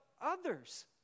others